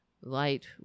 light